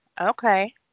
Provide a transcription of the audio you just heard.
Okay